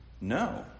No